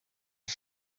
ngo